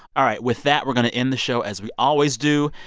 all right. with that, we're going to end the show as we always do.